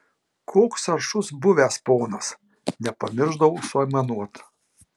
koks aršus buvęs ponas nepamiršdavo suaimanuot